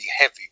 heavy